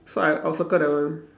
so I I'll circle that one